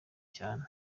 cyane